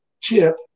chip